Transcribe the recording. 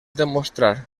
demostrar